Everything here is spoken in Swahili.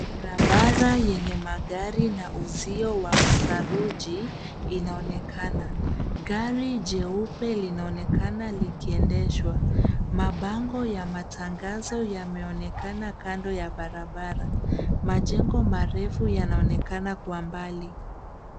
Barabara yenye magari na uzio wa saruji, inaonekana. Gari jeupe linaonekana likiendeshwa. Mabango ya matangazo yameonekana kando ya barabara. Majengo marefu yanaonekana kwa mbali.